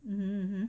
mmhmm